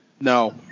no